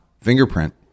fingerprint